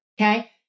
okay